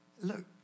Look